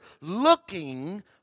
looking